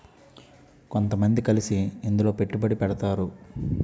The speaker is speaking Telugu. కొంతమంది కలిసి ఇందులో పెట్టుబడి పెడతారు